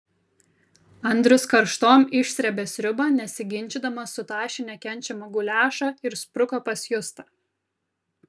andrius karštom išsrėbė sriubą nesiginčydamas sutašė nekenčiamą guliašą ir spruko pas justą